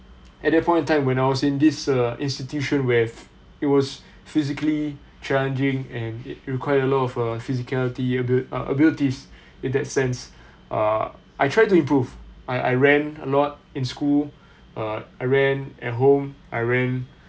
at that point in time when I was in this uh institution with it was physically challenging and require a lot of err physicality ab~ err abilities in that sense uh I try to improve I I ran a lot in school err I ran at home I ran